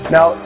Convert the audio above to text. Now